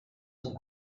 sont